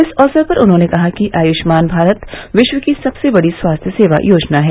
इस अवसर पर उन्होंने कहा कि आयुष्मान भारत विश्व की सबसे बड़ी स्वास्थ्य सेवा योजना है